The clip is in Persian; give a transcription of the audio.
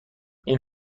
این